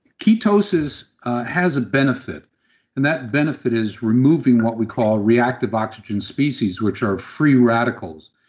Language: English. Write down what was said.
ketosis has a benefit and that benefit is removing what we call reactive oxygen species which are free radicals.